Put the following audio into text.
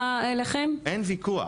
אין ויכוח.